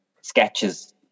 sketches